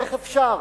איך אפשר,